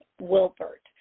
Wilbert